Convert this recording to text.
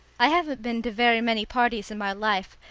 i haven't been to very many parties in my life,